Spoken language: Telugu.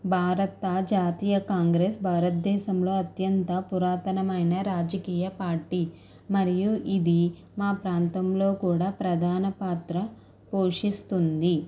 భారత జాతీయ కాంగ్రెస్ భారతదేశంలో అత్యంత పురాతనమైన రాజకీయ పార్టీ మరియు ఇది మా ప్రాంతంలో కూడా ప్రధాన పాత్ర పోషిస్తుంది